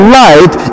light